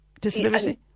disability